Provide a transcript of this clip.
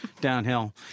downhill